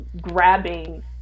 grabbing